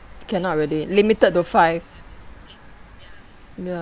cannot already limited to five ya